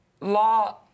law